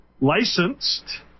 licensed